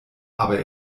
aber